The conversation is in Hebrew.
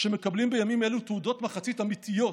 שמקבלים בימים אלו תעודות מחצית אמיתיות,